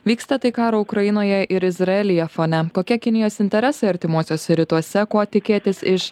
vyksta tai karo ukrainoje ir izraelyje fone kokie kinijos interesai artimuosiuose rytuose ko tikėtis iš